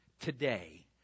today